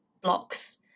blocks